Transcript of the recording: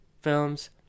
films